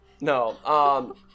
No